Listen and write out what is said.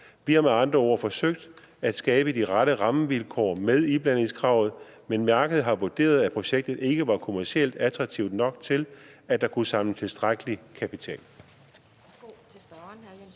Vi har med andre ord forsøgt at skabe de rette rammevilkår med iblandingskravet, men værket har vurderet, at projektet ikke var kommercielt attraktivt nok til, at der kunne samles tilstrækkelig kapital.